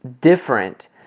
different